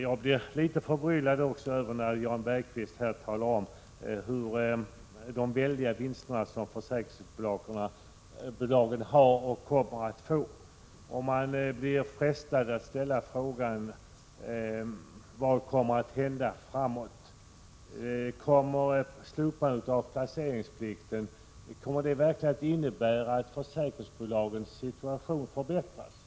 Jag blev också litet förbryllad över Jan Bergqvists tal om de väldiga vinster som försäkringsbolagen gör, och kommer att göra. Man frestas att fråga: Vad kommer att hända framöver? Kommer ett slopande av placeringsplikten verkligen att innebära att försäkringsbolagens situation förbättras?